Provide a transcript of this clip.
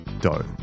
dough